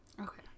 Okay